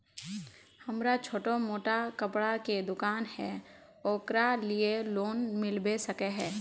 हमरा छोटो मोटा कपड़ा के दुकान है ओकरा लिए लोन मिलबे सके है?